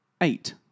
eight